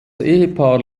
ehepaar